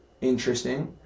interesting